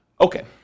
Okay